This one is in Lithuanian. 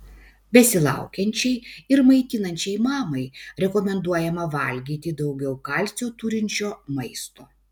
besilaukiančiai ir maitinančiai mamai rekomenduojama valgyti daugiau kalcio turinčio maisto